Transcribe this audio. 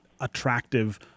attractive